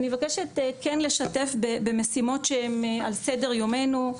אני מבקשת כן לשתף במשימות שהן על סדר יומנו,